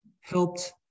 helped